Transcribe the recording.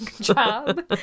job